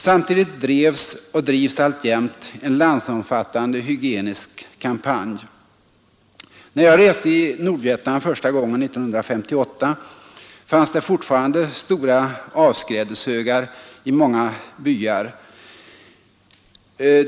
Samtidigt drevs och drivs alltjämt en landsomfattande hygienisk upplysningskampanj. När jag reste i Nordvietnam första gången — 1958 — fanns det fortfarande stora avskrädeshögar i många byar.